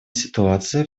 ситуация